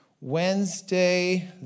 Wednesday